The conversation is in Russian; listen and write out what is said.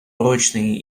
прочные